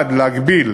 1. להגביל